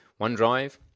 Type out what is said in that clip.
OneDrive